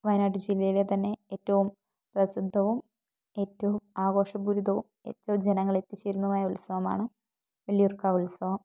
വയനാട്ടു ജില്ലയിലെ തന്നെ ഏറ്റവും പ്രസിദ്ധവും ഏറ്റവും ആഘോഷപൂരിതവും ഏറ്റവും ജനങ്ങൾ എത്തിച്ചേരുന്നതുമായ ഉത്സവമാണ് വള്ളിയൂർക്കാവ് ഉത്സവം